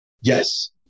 Yes